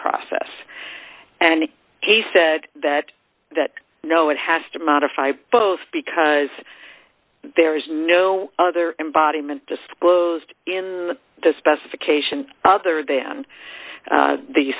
process and he said that that no it has to modify both because there is no other embodiment disclosed in the specification other than